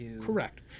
Correct